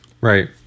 right